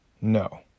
No